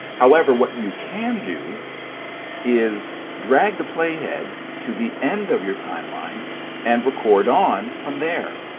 however, what you can do is drag the playhead to the end of your timeline and record on from there,